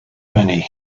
benny